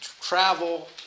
travel